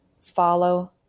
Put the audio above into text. Follow